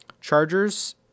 Chargers